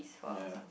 ya